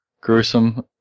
gruesome